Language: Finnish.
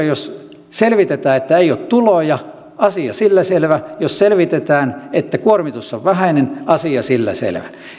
jos selvitetään että ei ole tuloja asia sillä selvä ja jos selvitetään että kuormitus on vähäinen asia sillä selvä